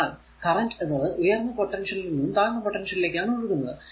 അതിനാൽ കറന്റ് എന്നത് ഉയർന്ന പൊട്ടൻഷ്യലിൽ നിന്നും താഴ്ന്ന പൊട്ടൻഷ്യലിലേക്കാണ് ഒഴുകുന്നത്